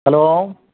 hello